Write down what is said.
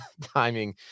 timing